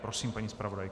Prosím, paní zpravodajko.